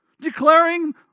Declaring